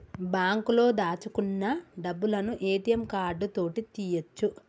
బాంకులో దాచుకున్న డబ్బులను ఏ.టి.యం కార్డు తోటి తీయ్యొచు